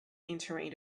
entering